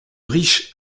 riche